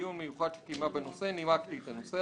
בדיון הלא רציני שנעשה פה הוא עדיין בעמוד הראשון.